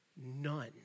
None